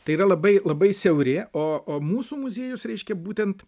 tai yra labai labai siauri o o mūsų muziejus reiškia būtent